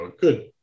good